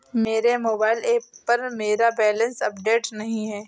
मेरे mobile app पर मेरा बैलेंस अपडेट नहीं है